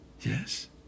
yes